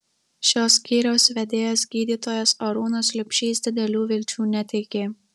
šio skyriaus vedėjas gydytojas arūnas liubšys didelių vilčių neteikė